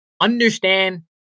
understand